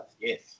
yes